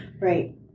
right